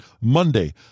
Monday